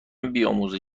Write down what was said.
بیاموزند